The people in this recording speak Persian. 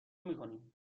میکنیم